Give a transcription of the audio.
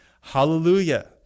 hallelujah